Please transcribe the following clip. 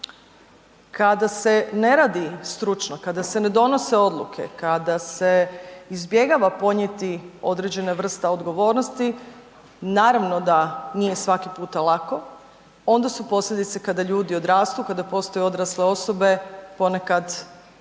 Kada se ne radi stručno, kada se ne donose odluke, kada se izbjegava ponijeti određene vrste odgovornosti, naravno da nije svaki puta lako, onda su posljedice kada ljudi odrastu, kada postaju odrasle osobe, ponekad vrlo